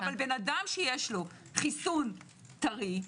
אבל אדם שיש לו חיסון טרי,